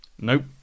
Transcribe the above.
Nope